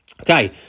Okay